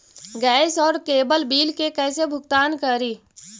Gas और cable bill के कैसे भुगतान करी?